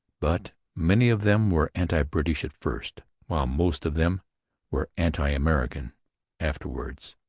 but many of them were anti-british at first, while most of them were anti-american afterwards.